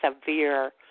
severe